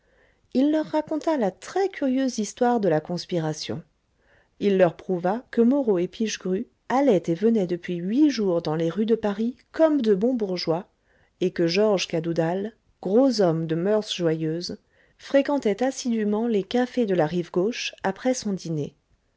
il leur raconta la très curieuse histoire de la conspiration il leur prouva que moreau et pichegru allaient et venaient depuis huit jours dans les rues de paris comme de bons bourgeois et que georges cadoudal gros homme de moeurs joyeuses fréquentaient assidûment les cafés de la rive gauche après son dîner